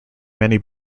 many